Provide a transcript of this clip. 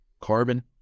carbon